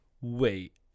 Wait